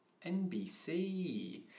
NBC